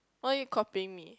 why you copying me